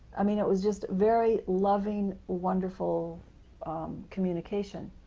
i mean it was just very loving, wonderful communication.